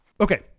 Okay